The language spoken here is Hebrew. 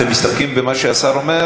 אתם מסתפקים במה שהשר אומר,